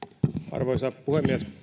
arvoisa puhemies